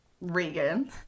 regan